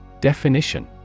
Definition